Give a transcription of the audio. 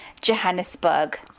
Johannesburg